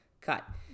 cut